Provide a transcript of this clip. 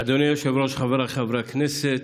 אדוני היושב-ראש, חבריי חברי הכנסת,